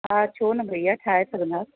हा छो न भैया ठाहे सघंदासि